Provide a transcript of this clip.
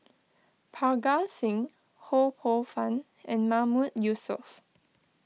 Parga Singh Ho Poh Fun and Mahmood Yusof